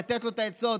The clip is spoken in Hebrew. לתת את העצות,